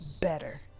better